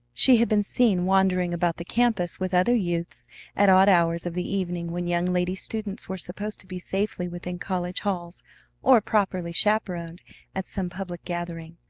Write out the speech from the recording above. she had been seen wandering about the campus with other youths at odd hours of the evening when young-lady students were supposed to be safely within college halls or properly chaperoned at some public gathering.